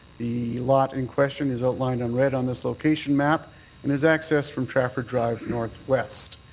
the lot in question is outlined on red on this location map and has access from trafford drive northwest.